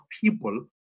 people